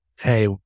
hey